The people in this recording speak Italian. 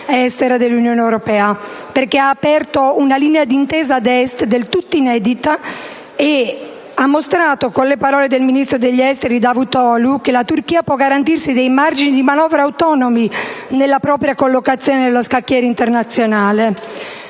estera dell'Unione europea, perché ha aperto una linea di intesa ad Est del tutto inedita e ha mostrato, con le parole del ministro degli affari esteri Davutoglu, che la Turchia può garantirsi dei margini di manovra autonomi nella propria collocazione nello scacchiere internazionale.